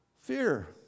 fear